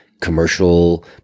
commercial